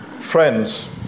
friends